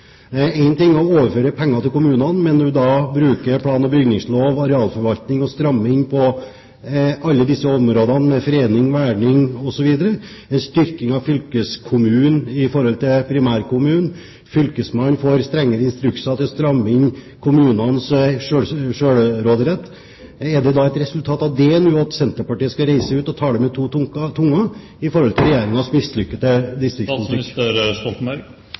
ting er å overføre penger til kommunene, men nå bruker man plan- og bygningslov og arealforvaltning og strammer inn på alle disse områdene med fredning, verning osv. og styrker fylkeskommunen i forhold til primærkommunen – fylkesmannen får strengere instrukser til å stramme inn kommunenes selvråderett. Er det et resultat av dét når Senterpartiet nå reiser ut og taler med to tunger i forhold til